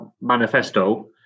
manifesto